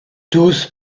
tous